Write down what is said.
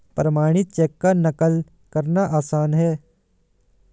प्रमाणित चेक की नक़ल करना आसान है